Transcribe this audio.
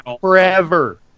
forever